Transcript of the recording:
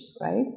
right